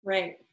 Right